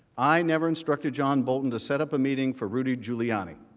i never instructed john bolton to set up a meeting for rudy giuliani.